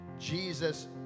jesus